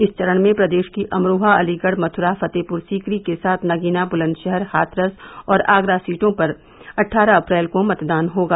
इस चरण में प्रदेश की अमरोहा अलीगढ़ मथुरा फतेहपुर सीकरी के साथ नगीना बुलंदशहर हाथरस और आगरा सीटों पर अट्ठारह अप्रैल को मतदान होगा